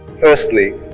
Firstly